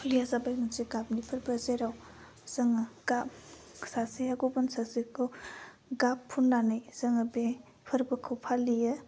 हलिआ जाबाय मोनसे गाबनि फोरबो जेराव जोङो गा सासेया गुबुन सासेखौ गाब फुन्नानै जोङो बे फोरबोखौ फालियो